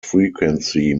frequency